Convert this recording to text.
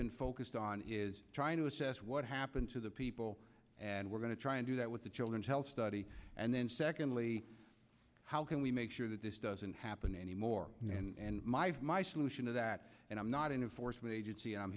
been focused on is trying to assess what happened to the people and we're going to try and do that with the children's health study and then secondly how can we make sure that this doesn't happen anymore and my my solution to that and i'm not in a force